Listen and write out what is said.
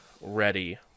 ready